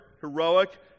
heroic